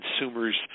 consumers